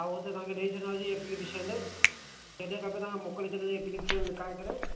हा उहो त तव्हांखे ॾेई छॾींदासीं एप्लीकेशन जॾहिं खपे तव्हांखे मोकिले छॾींदासीं एप्लीकेशन लिखाए करे